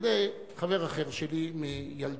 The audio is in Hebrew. על-ידי חבר אחר שלי מילדותו,